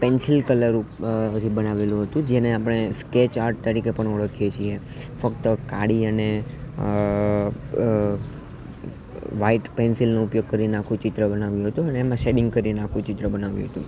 pencil colour થી બનાવેલું હતું જેને આપણે સ્કેચ આર્ટ તરીકે પણ ઓળખીએ છીએ ફક્ત કાળી અને વાઇટ પેન્સિલનો ઉપયોગ કરીને આખું ચિત્ર બનાવ્યું હતું અને એમાં શેડિંગ કરીને આખું ચિત્ર બનાવ્યું હતું